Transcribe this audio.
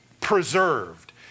preserved